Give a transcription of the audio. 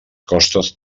costes